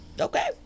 Okay